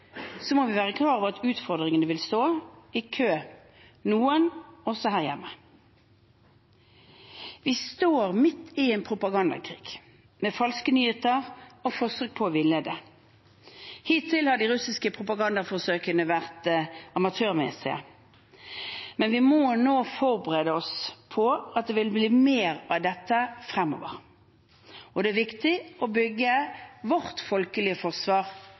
må vi være klar over at utfordringene vil stå i kø – noen også her hjemme. Vi står midt i en propagandakrig med falske nyheter og forsøk på å villede. Hittil har de russiske propagandaforsøkene vært amatørmessige, men vi må nå forberede oss på at det vil bli mer av dette fremover. Det er viktig å bygge vårt folkelige forsvar